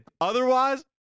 otherwise